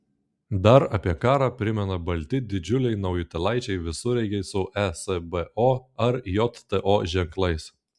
dar apie karą primena balti didžiuliai naujutėlaičiai visureigiai su esbo ar jto ženklais